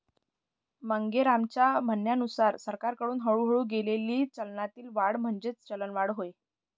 मांगेरामच्या म्हणण्यानुसार सरकारकडून हळूहळू केली गेलेली चलनातील वाढ म्हणजेच चलनवाढ होय